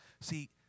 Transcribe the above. See